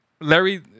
Larry